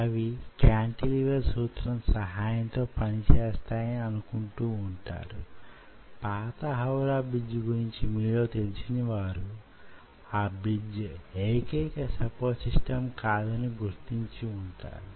అవి స్కెలిటల్ కండరాలైనా కార్డియాక్ కండరాలైనా లేక స్మూత్ కండరాలైనా యేమైనా in vitro cell culture system అంటే మైక్రో క్యాంటి లివర్ సిస్టమ్ లో ఉపయోగించగలము